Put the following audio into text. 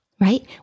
right